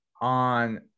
on